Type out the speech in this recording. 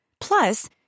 Plus